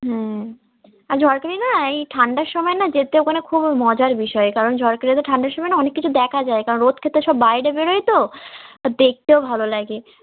হুম আর ঝড়খালি না এই ঠান্ডার সময় না যেতে ওখানে খুব মজার বিষয় কারণ ঝড়খালিতে ঠান্ডার সময় না অনেক কিছু দেখা যায় কারণ রোদ খেতে সব বাইরে বেরোয় তো তা দেখতেও ভালো লাগে